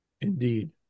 Indeed